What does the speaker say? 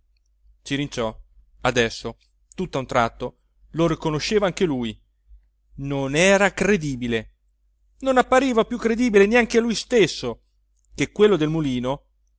credibile cirinciò adesso tutta un tratto lo riconosceva anche lui non era credibile non appariva più credibile neanche a lui stesso che quello del mulino